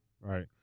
Right